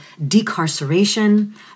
decarceration